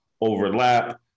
overlap